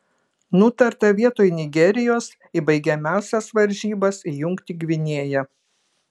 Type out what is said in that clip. nutarta vietoj nigerijos į baigiamąsias varžybas įjungti gvinėją